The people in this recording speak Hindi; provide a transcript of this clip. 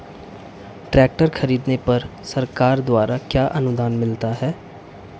ट्रैक्टर खरीदने पर सरकार द्वारा क्या अनुदान मिलता है?